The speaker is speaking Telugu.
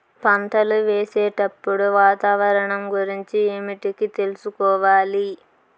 పంటలు వేసేటప్పుడు వాతావరణం గురించి ఏమిటికి తెలుసుకోవాలి?